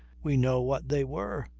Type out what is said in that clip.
we know what they were.